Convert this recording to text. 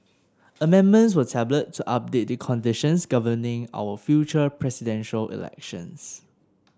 amendments were tabled to update the conditions governing our future Presidential Elections